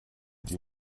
die